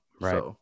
Right